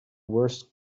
worst